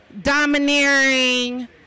domineering